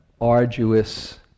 arduous